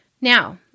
Now